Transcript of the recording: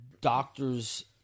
doctors